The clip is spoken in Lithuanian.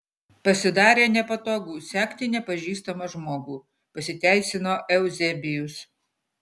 pasidarė nepatogu sekti nepažįstamą žmogų pasiteisino euzebijus